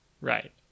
right